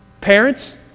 parents